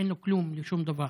אין לו כלום לשום דבר.